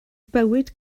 bywyd